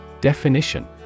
Definition